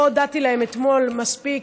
לא הודיתי להם אתמול מספיק.